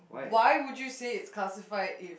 why would you say it's classified if